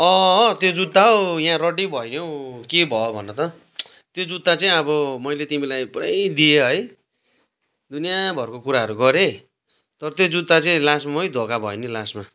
अँ त्यो जुत्ता हौ यहाँ रड्डी भयो नि हौ के भयो भन त त्यो जुत्ता चाहिँ अब मैले तिमीलाई पूरै दिए है दुनियाँभरको कुराहरू गरेँ तर त्यो जुत्ता चाहिँ लास्टमा मै धोका भएँ नि लास्टमा